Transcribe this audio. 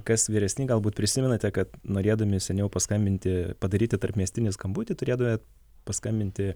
kas vyresni galbūt prisimenate kad norėdami seniau paskambinti padaryti tarpmiestinį skambutį turėdavot paskambinti